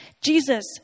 Jesus